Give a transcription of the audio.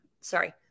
sorry